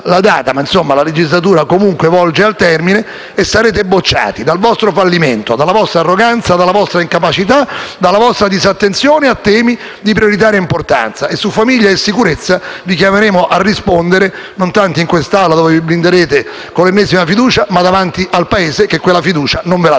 la data, ma la legislatura comunque volge a termine. E voi sarete bocciati dal vostro fallimento, dalla vostra arroganza, dalla vostra incapacità e dalla vostra disattenzione a temi di prioritaria importanza. Su famiglia e sicurezza vi chiameremo a rispondere, non tanto in quest'Aula dove vi blinderete con l'ennesima fiducia, ma davanti al Paese che quella fiducia non ve la darà.